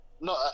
No